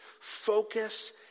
focus